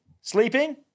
sleeping